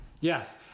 Yes